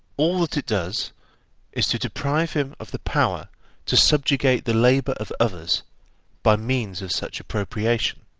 all that it does is to deprive him of the power to subjugate the labour of others by means of such appropriation.